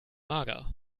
mager